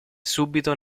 subito